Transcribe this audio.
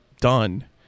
done